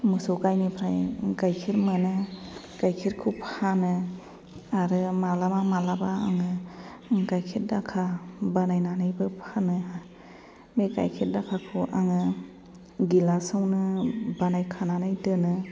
मोसौ गायनिफ्राय गायखेर मोनो गायखेरखौ फानो आरो मालाबा मालाबा आङो गायखेर दाखा बानायनानैबो फानो बे गायखेर दाखाखौ आङो गिलासावनो बानायखानानै दोनो